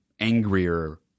angrier